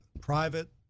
private